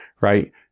right